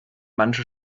manche